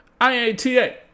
iata